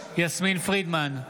יסמין פרידמן,